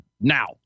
now